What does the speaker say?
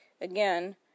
again